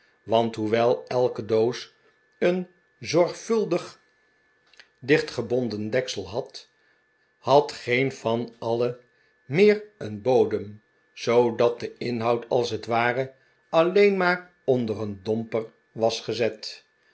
want hoewel elke doos een zorgvuldig dichtgebonden deksel had had geen van alle meer een bodem zoodat de inhoud als het ware alleen maar onder een domper was gezet